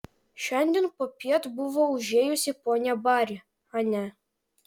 šiandien popiet buvo užėjusi ponia bari ane